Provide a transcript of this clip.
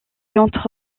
entre